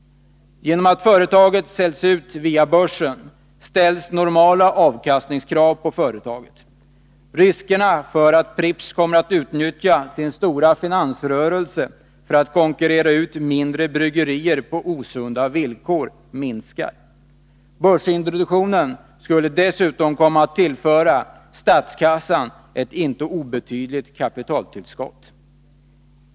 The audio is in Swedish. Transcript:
Genom att företaget säljs via börsen ställs normala avkastningskrav på företaget. Riskerna för att Pripps kommer att utnyttja sin stora finansrörelse för att konkurrera ut mindre bryggerier på osunda villkor minskar. Börsintroduktionen skulle dessutom komma att tillföra statskassan ett inte obetydligt kapitaltillskott.